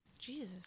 Jesus